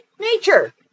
Nature